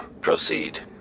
Proceed